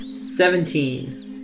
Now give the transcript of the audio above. Seventeen